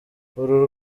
uru